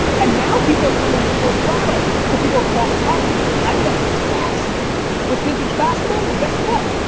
and now people are coming in full throttle. so people are cross-pollinating. i've been obsessed with vintage basketball. well guess what?